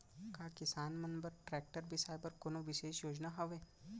का किसान मन बर ट्रैक्टर बिसाय बर कोनो बिशेष योजना हवे?